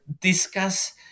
discuss